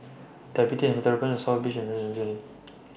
Diabetes and Metabolism South Beach and Lane